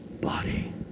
body